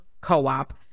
co-op